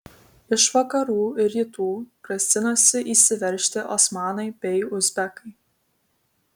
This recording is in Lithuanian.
iš vakarų ir rytų grasinasi įsiveržti osmanai bei uzbekai